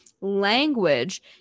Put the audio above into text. language